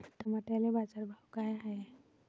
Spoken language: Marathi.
टमाट्याले बाजारभाव काय हाय?